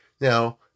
Now